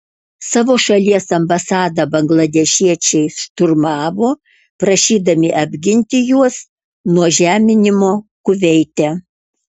savo šalies ambasadą bangladešiečiai šturmavo prašydami apginti juos nuo žeminimo kuveite